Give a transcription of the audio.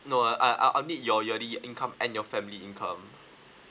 no uh I~ I mean your yearly income and your family income